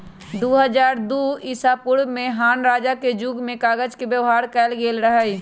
दू हज़ार दू ईसापूर्व में हान रजा के जुग में कागज के व्यवहार कएल गेल रहइ